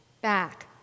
back